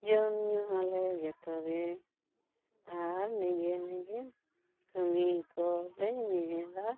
ᱡᱚᱢ ᱧᱩ ᱟᱞᱮ ᱡᱚᱛᱚ ᱜᱮ ᱟᱨ ᱱᱤᱡᱮᱨ ᱱᱤᱡᱮᱨ ᱠᱟᱹᱢᱤ ᱠᱚᱞᱮ ᱧᱮᱞᱟ